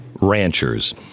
Ranchers